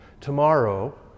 Tomorrow